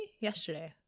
Yesterday